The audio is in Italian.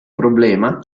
problema